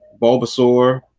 Bulbasaur